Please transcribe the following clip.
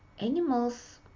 animals